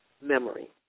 memory